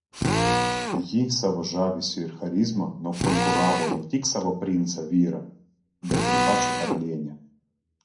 ji savo žavesiu ir charizma nukonkuravo ne tik savo princą vyrą bet ir pačią karalienę